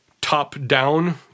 top-down